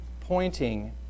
pointing